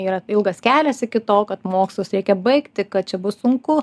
yra ilgas kelias iki to kad mokslus reikia baigti kad čia bus sunku